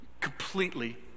Completely